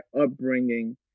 upbringing